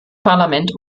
parlament